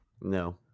No